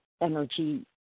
energy